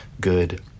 good